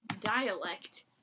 dialect